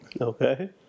Okay